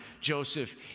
Joseph